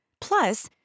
Plus